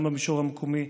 גם במישור המקומי,